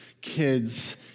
kids